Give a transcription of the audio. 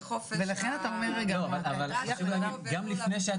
גם לפני שהיו